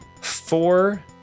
four